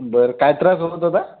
बरं काय त्रास होतो त्याचा